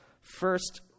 First